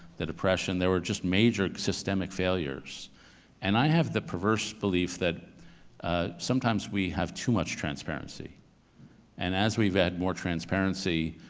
the depression, there were just major systemic failures and i have the perverse belief that ah sometimes we have too much transparency and as we've had more transparency,